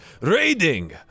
raiding